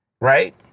right